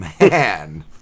man